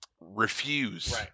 refuse